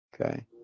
Okay